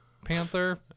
panther